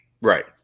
Right